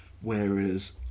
whereas